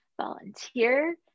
volunteer